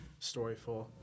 storyful